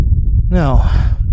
No